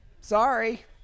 Sorry